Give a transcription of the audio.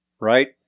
Right